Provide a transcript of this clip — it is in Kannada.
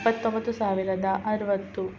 ಇಪ್ಪತ್ತೊಂಬತ್ತು ಸಾವಿರದ ಅರವತ್ತು